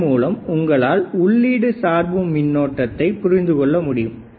இதன் மூலம் உங்களால் உள்ளீடு சார்பு மின்னோட்டத்தை புரிந்து கொள்ள முடியும்